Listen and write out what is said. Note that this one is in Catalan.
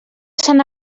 sant